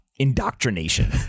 Indoctrination